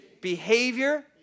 Behavior